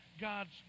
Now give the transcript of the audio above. God's